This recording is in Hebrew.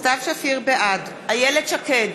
בעד איילת שקד,